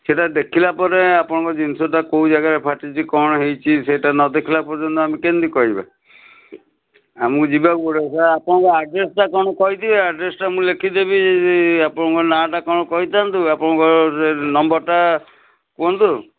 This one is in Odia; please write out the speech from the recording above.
ସେଇଟା ଦେଖିଲା ପରେ ଆପଣଙ୍କ ଜିନିଷଟା କେଉଁ ଜାଗାରେ ଫାଟିଛି କ'ଣ ହେଇଛି ସେଇଟା ନ ଦେଖିଲା ପର୍ଯ୍ୟନ୍ତ ଆମେ କେମିତି କହିବା ଆମକୁ ଯିବାକୁ ପଡ଼ିବ ସାର୍ ଆପଣଙ୍କ ଆଡ଼୍ରେସ୍ଟା କ'ଣ କହିଥିବେ ଆଡ଼୍ରେସ୍ଟା ମୁଁ ଲେଖିଦେବି ଆପଣଙ୍କ ନାଁ ଟା କ'ଣ କହିଥାନ୍ତୁ ଆପଣଙ୍କ ନମ୍ବରଟା କୁହନ୍ତୁ